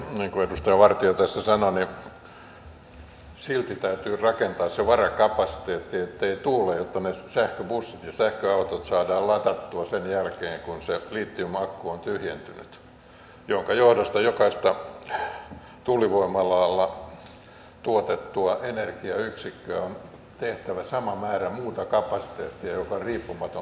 niin kuin edustaja vartia tässä sanoi silti täytyy rakentaa se varakapasiteetti jos ei tuule jotta ne sähköbussit ja sähköautot saadaan ladattua sen jälkeen kun se litium akku on tyhjentynyt minkä johdosta jokaista tuulivoimalalla tuotettua energiayksikköä kohti on tehtävä sama määrä muuta kapasiteettia joka on riippumaton tuulesta